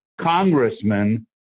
congressman